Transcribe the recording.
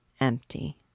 empty